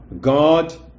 God